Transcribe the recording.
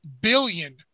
billion